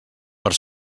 per